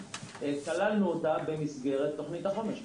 כללנו אותה במסגרת תוכנית החומש.